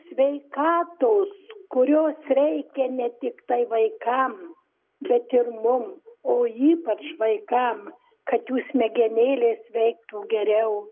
sveikatos kurios reikia ne tiktai vaikam bet ir mum o ypač vaikam kad jų smegenėlės veiktų geriau